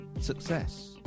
success